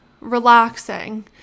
relaxing